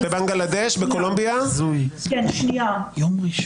בהחלט בית המשפט הגרמני הפדרלי החוקתי כן יכול לבחון שינויים